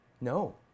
No